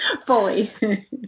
fully